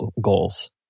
goals